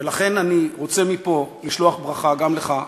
ולכן אני רוצה מפה לשלוח ברכה גם לך,